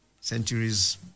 centuries